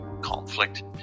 conflict